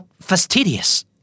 fastidious